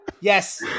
yes